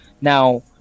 Now